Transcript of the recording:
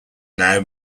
now